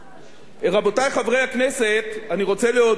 רבותי חברי הכנסת, אני רוצה להודיע כאן,